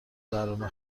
برنامه